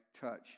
touch